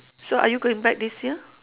so are you going back this year